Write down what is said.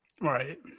right